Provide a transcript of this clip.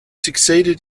succeeded